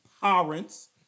parents